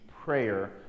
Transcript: prayer